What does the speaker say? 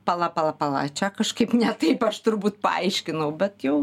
pala pala pala čia kažkaip ne taip aš turbūt paaiškinau bet jau